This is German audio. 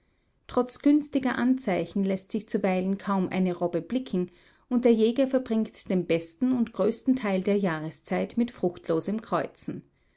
trotz günstiger anzeichen läßt sich zuweilen kaum eine robbe blicken und der jäger verbringt den besten und größten teil der jahreszeit mit fruchtlosem kreuzen